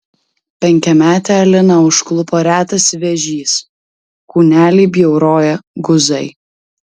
penkiametę aliną užklupo retas vėžys kūnelį bjauroja guzai